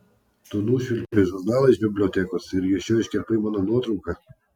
tu nušvilpei žurnalą iš bibliotekos ir iš jo iškirpai mano nuotrauką